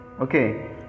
okay